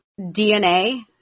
DNA